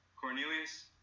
Cornelius